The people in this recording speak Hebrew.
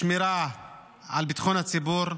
בשמירה על ביטחון הציבור,